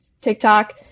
TikTok